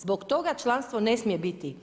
Zbog toga članstvo ne smije biti